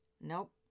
Nope